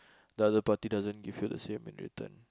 the other party doesn't give you the same in return